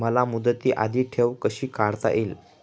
मला मुदती आधी ठेव कशी काढता येईल?